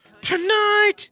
tonight